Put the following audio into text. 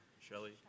Shelley